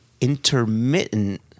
intermittent